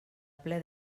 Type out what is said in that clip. ple